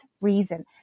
reason